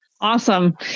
Awesome